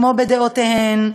כמו בדעותיהן,